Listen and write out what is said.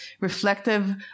reflective